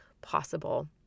possible